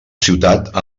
ciutat